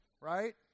right